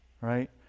Right